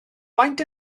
faint